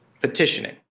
petitioning